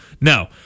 No